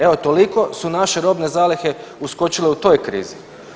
Evo toliko su naše robne zalihe skočile u toj krizi.